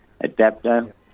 Adapter